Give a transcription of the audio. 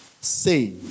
say